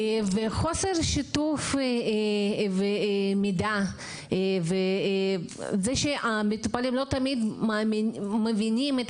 חוסר שיתוף מידע וזה שהמטופלים לא תמיד מבינים את